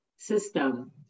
system